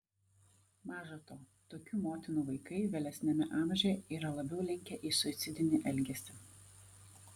maža to tokių motinų vaikai vėlesniame amžiuje yra labiau linkę į suicidinį elgesį